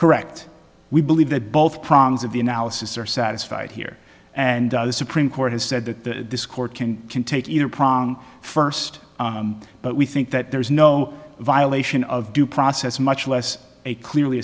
correct we believe that both prongs of the analysis are satisfied here and the supreme court has said that this court can can take either prom first but we think that there is no violation of due process much less a clearly